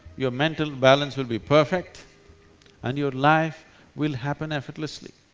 your mental balance will be perfect and your life will happen effortlessly.